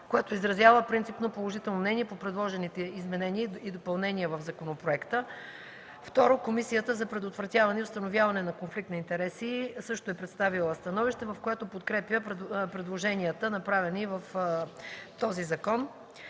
изразява принципно положително мнение по предложените изменения и допълнения в законопроекта. 2. Комисията за предотвратяване и установяване на конфликт на интереси също е представила становище, в което подкрепя предложенията, направени в този закон.